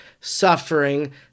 suffering